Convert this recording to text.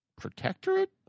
protectorate